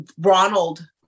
Ronald